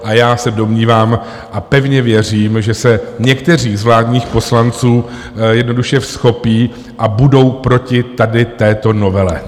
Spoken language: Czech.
A já se domnívám a pevně věřím, že se někteří z vládních poslanců jednoduše vzchopí a budou proti tady této novele.